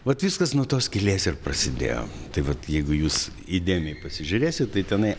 vat viskas nuo tos skylės ir prasidėjo tai vat jeigu jūs įdėmiai pasižiūrėsi tai tenai